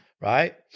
Right